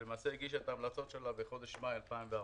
שלמעשה הגישה את ההמלצות שלה בחודש מאי 2014,